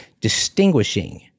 distinguishing